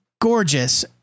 gorgeous